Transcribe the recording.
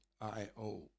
IO